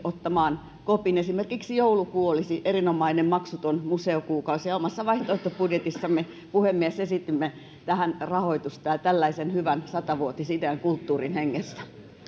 ottamaan kopin esimerkiksi joulukuu olisi erinomainen maksuton museokuukausi omassa vaihtoehtobudjetissamme puhemies esitimme tähän rahoitusta tällaisen hyvän sata vuotisidean kulttuurin hengessä